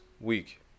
week